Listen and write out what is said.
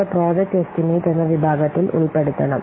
അവ project estimate എന്ന വിഭാഗത്തിൽ ഉൾപ്പെടുത്തണം